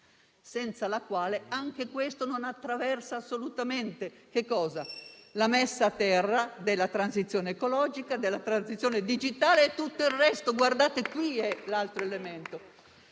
senza la quale anche questo non attraversa assolutamente la messa a terra della transizione ecologica, della transizione digitale e di tutto il resto. Questo è l'altro elemento.